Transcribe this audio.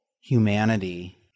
humanity